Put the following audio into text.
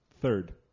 Third